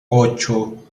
ocho